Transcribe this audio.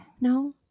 No